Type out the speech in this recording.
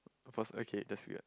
both okay just wired